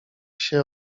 się